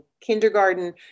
kindergarten